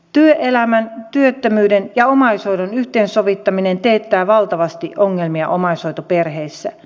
työelämän työttömyyden ja omaishoidon yhteensovittaminen teettää valtavasti ongelmia omaishoitoperheissä